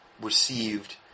received